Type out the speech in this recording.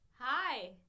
hi